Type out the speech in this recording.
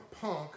punk